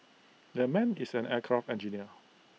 that man is an aircraft engineer